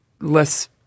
less